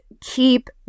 keep